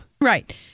Right